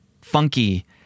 funky